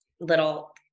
little